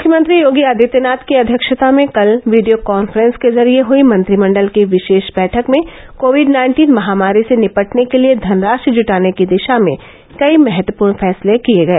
मुख्यमंत्री योगी आदित्यनाथ की अध्यक्षता में कल वीडियो कान्फ्रॅस के जरिए हुई मत्रिमण्डल की विशेष बैठक में कोविड नाइन्टीन महामारी से निपटने के लिए धनराशि जुटाने की दिशा में कई महत्वपूर्ण फैसले किए गए